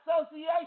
association